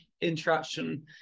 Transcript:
interaction